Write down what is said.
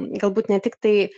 galbūt ne tiktai